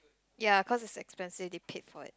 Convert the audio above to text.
ya cause it's expensive they paid for it